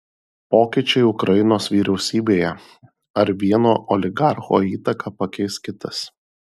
pokyčiai ukrainos vyriausybėje ar vieno oligarcho įtaką pakeis kitas